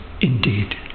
indeed